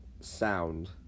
sound